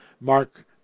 Mark